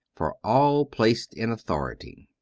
for all placed in authority.